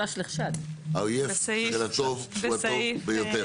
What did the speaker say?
האויב של הטוב הוא הטוב ביותר.